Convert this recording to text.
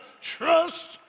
trust